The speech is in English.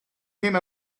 came